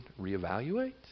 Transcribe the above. reevaluate